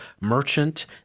merchant